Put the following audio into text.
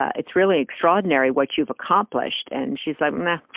it's really extraordinary, what you've accomplished. and she's like, meh.